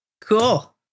Cool